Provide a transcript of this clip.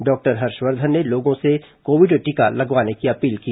doctor Harshvardhan ने लोगों से कोविड टीका लगवाने की अपील की